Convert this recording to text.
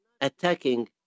attacking